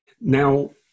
now